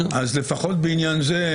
אז לפחות בעניין הזה,